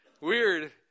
Weird